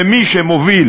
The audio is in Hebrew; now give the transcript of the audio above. ומי שמוביל